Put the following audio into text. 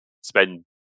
spend